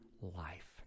life